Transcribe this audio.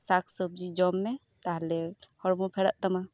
ᱥᱟᱠ ᱥᱚᱵᱽᱡᱤ ᱡᱚᱢ ᱢᱮ ᱛᱟᱦᱚᱞᱮ ᱦᱚᱲᱚᱢᱚ ᱯᱷᱮᱨᱟᱜ ᱛᱟᱢᱟ